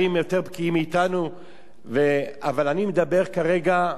אבל אני מדבר כרגע על שידול לתועבה,